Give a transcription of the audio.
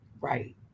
Right